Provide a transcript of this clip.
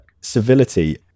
civility